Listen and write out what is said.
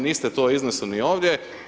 Niste to iznesli ni ovdje.